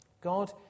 God